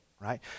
right